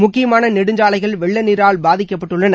முக்கியமான நெடுஞ்சாலைகள் வெள்ள நீரால் பாதிக்கப்பட்டுள்ளன